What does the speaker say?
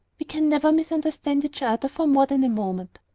we can never misunderstand each other for more than a moment.